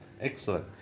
Excellent